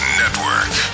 network